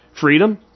Freedom